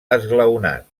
esglaonat